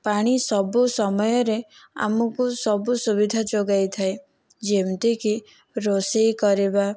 ପାଣି ସବୁ ସମୟରେ ଆମକୁ ସବୁ ସୁବିଧା ଯୋଗାଇଥାଏ ଯେମିତିକି ରୋଷେଇ କରିବା